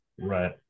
Right